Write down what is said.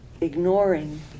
ignoring